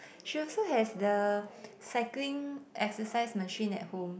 she also has the cycling exercise machine at home